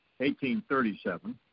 1837